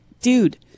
dude